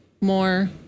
more